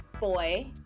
boy